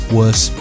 worse